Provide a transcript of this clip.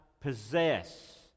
possess